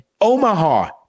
Omaha